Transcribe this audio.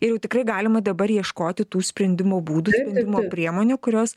ir jau tikrai galima dabar ieškoti tų sprendimo būdų sprendimo priemonių kurios